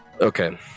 Okay